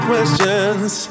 questions